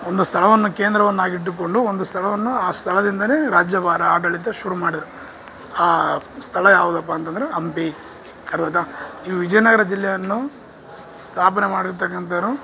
ಒಂದು ಸ್ಥಳವನ್ನು ಕೇಂದ್ರವನ್ನಾಗಿ ಇಟ್ಟುಕೊಂಡು ಒಂದು ಸ್ಥಳವನ್ನು ಆ ಸ್ಥಳದಿಂದಲೇ ರಾಜ್ಯಭಾರ ಆಡಳಿತ ಶುರು ಮಾಡಿದ ಸ್ಥಳ ಯಾವ್ದಪ್ಪ ಅಂತಂದ್ರೆ ಹಂಪಿ ಅರ್ಥಾಯ್ತ ಈ ವಿಜಯನಗರ ಜಿಲ್ಲೆಯನ್ನು ಸ್ಥಾಪನೆ ಮಾಡಿರತಕ್ಕಂಥೋರು